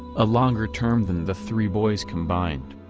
a longer term than the three boys combined.